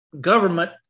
government